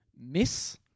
Miss